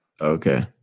Okay